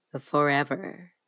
forever